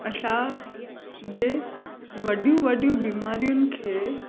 असां जे वॾियूं वॾियूं बीमारियुनि खे